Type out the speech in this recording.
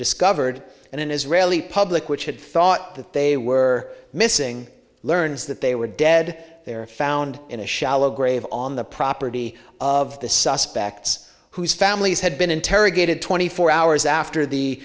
discovered an israeli public which had thought that they were missing learns that they were dead they were found in a shallow grave on the property of the suspects whose families had been interrogated twenty four hours after the